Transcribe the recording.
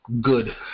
good